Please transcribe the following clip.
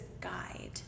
guide